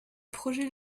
projet